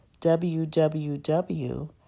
www